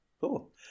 Cool